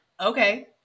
okay